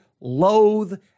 loathe